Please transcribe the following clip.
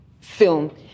film